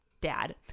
dad